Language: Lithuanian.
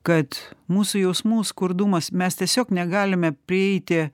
kad mūsų jausmų skurdumas mes tiesiog negalime prieiti